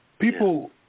People